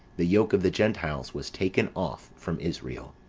the yoke of the gentiles was taken off from israel.